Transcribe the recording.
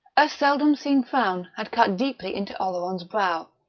a seldom-seen frown had cut deeply into oleron's brow.